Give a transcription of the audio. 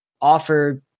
offer